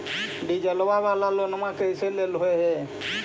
डीजलवा वाला लोनवा कैसे लेलहो हे?